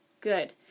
Good